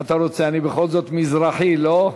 מה אתה רוצה, אני בכל זאת מזרחי, לא?